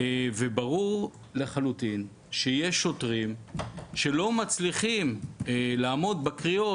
ברור לחלוטין שיש שוטרים שלא מצליחים לעמוד בקריאות,